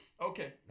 Okay